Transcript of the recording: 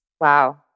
Wow